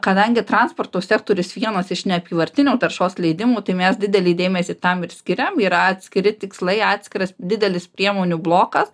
kadangi transporto sektorius vienas iš neapyvartinio taršos leidimų tai mes didelį dėmesį tam ir skiriam yra atskiri tikslai atskiras didelis priemonių blokas